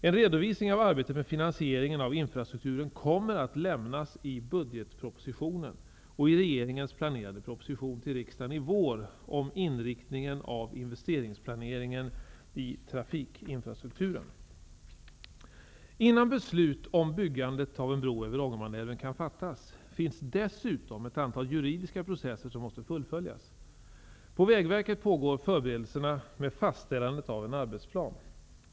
En redovisning av arbetet med finansieringen av infrastrukturen kommer att lämnas i budgetpropositionen och i regeringens planerade proposition till riksdagen i vår om inriktningen av investeringsplaneringen i trafikinfrastrukturen. Ångermanälven kan fattas finns dessutom ett antal juridiska processer som måste fullföljas. På Vägverket pågår förberedelserna med fastställandet av en arbetsplan.